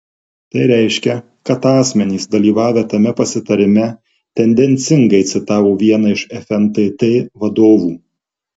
tai reiškia kad asmenys dalyvavę tame pasitarime tendencingai citavo vieną iš fntt vadovų